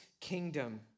kingdom